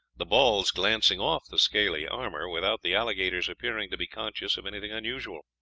the balls glancing off the scaly armor without the alligators appearing to be conscious of anything unusual.